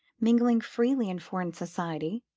mingled freely in foreign society,